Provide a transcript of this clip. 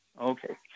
Okay